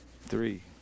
three